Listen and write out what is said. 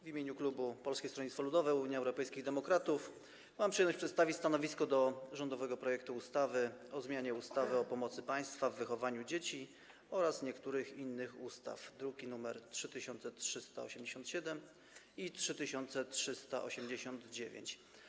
W imieniu klubu Polskiego Stronnictwa Ludowego - Unii Europejskich Demokratów mam przyjemność przedstawić stanowisko wobec rządowego projektu ustawy o zmianie ustawy o pomocy państwa w wychowaniu dzieci oraz niektórych innych ustaw, druki nr 3387 i 3389.